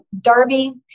Darby